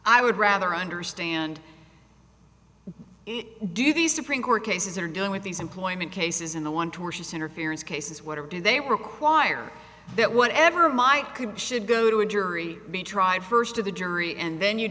i would rather understand do these supreme court cases are dealing with these employment cases in the one tortious interference cases whatever do they require that whatever might come should go to a jury be tried first of the jury and then you